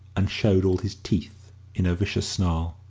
and showed all his teeth in a vicious snarl.